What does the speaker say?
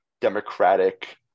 democratic